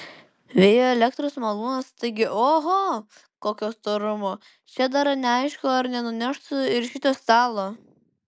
vėjo elektros malūnas taigi oho kokio storumo čia dar neaišku ar nenuneštų ir šito stalo